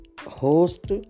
host